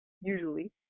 usually